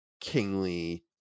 kingly